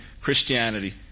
Christianity